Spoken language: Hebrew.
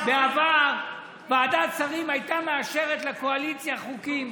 בעבר ועדת שרים הייתה מאשרת לקואליציה חוקים,